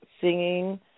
singing